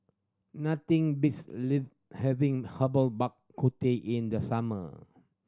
nothing beats having Herbal Bak Ku Teh in the summer